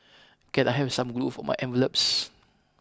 can I have some glue for my envelopes